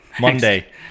Monday